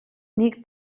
nik